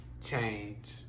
change